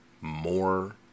more